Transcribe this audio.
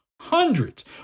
Hundreds